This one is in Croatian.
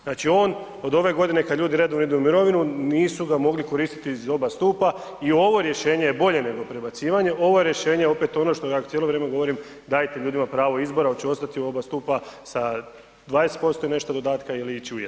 Znači on, od ove godine, kad ljudi idu redovno idu u mirovinu, nisu ga mogli koristiti iz oba stupa i ovo rješenje je bolje nego prebacivanje, ovo rješenje opet ono što ja cijelo vrijeme govorim, dajte ljudima pravo izbora, hoće li ostati u oba stupa sa 20% i nešto dodatka ili će ići u jedan.